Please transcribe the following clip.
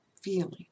feeling